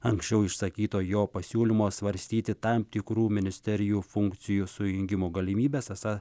anksčiau išsakyto jo pasiūlymo svarstyti tam tikrų ministerijų funkcijų sujungimo galimybes esą